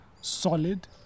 Solid